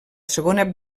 segona